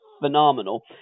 phenomenal